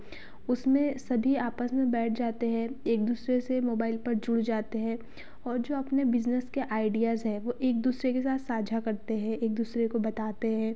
उसमें सभी आपस में बैठ जाते हैं एक दूसरे से मोबाइल पर जुड़ जाते हैं और जो अपने बिज़नेस के आइडियाज़ हैं वह एकंदूसरे के साथ साझा करते है एक दूसरे को बताते हैं